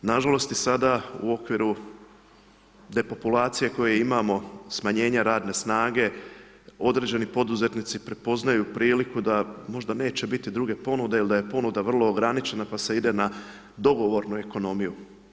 Nažalost i sada u okviru depopulacije koju imamo, smanjenje radne snage, određeni poduzetnici prepoznaju priliku da možda neće biti druge ponude ili da je ponuda vrlo ograničena, pa se ide na dogovor ekonomiju.